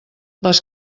les